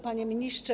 Panie Ministrze!